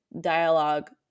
dialogue